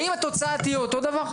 האם התוצאה תהיה אותו דבר?